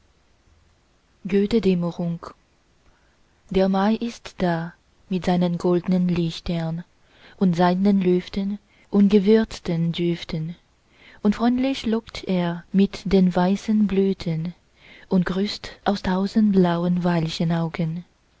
der mai ist da mit seinen goldnen lichtern und seidnen lüften und gewürzten düften und freundlich lockt er mit den weißen blüten und grüßt aus tausend blauen